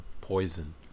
poison